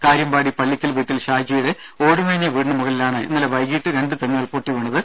കാര്യമ്പാടി പള്ളിക്കൽ വീട്ടിൽ ഷാജിയുടെ ഓടുമേഞ്ഞ വീടിന് മുകളിലാണ് ഇന്നലെ വൈകീട്ട് രണ്ട് തെങ്ങുകൾ പൊട്ടിവീണത്